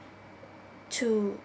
to